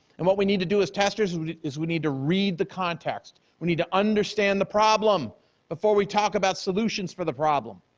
and what we need to do to as testers is we need to read the context, we need to understand the problem before we talk about solutions for the problem.